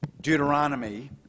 Deuteronomy